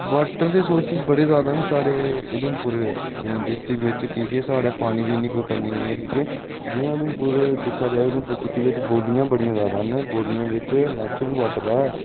water दे sources बड़े जैदा न साढ़े उधमपुर डिस्ट्रिक बिच क्योंकि साढ़े पानी दी इन्नी कोई कमी निं ऐ की के जियां उधमपुर दिक्खेआ जा उधमपुर सिटी बिच बौलियां बड़ियां जैदा न ते बौलियें बिच नैचुरल वाटर ऐ